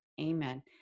Amen